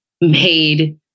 made